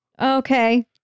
Okay